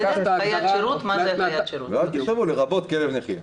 או לכתוב "לרבות כלב נחייה".